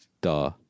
Duh